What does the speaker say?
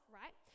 right